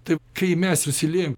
taip kai mes susiliejam